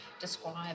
describe